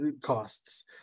costs